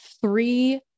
three